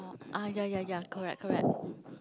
orh ah ya ya ya correct correct